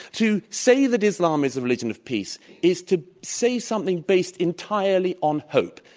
to say that islam is a religion of peace is to say something based entirely on hope.